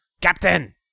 Captain